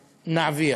נעביר.